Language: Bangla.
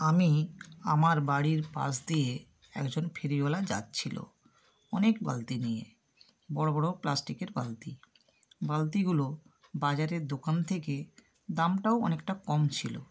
আমি আমার বাড়ির পাশ দিয়ে একজন ফেরিওলা যাচ্ছিলো অনেক বালতি নিয়ে বড়ো বড়ো প্লাস্টিকের বালতি বালতিগুলো বাজারের দোকান থেকে দামটাও অনেকটা কম ছিলো